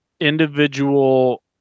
individual